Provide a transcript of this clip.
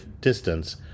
distance